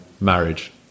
marriage